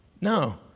No